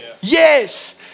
Yes